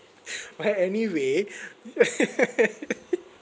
alright anyway